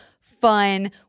fun